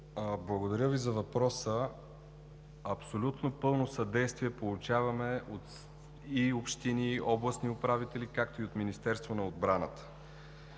Благодаря Ви за въпроса. Абсолютно пълно съдействие получаваме от общини, от областни управители, както и от Министерството на отбраната.